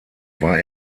war